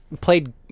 played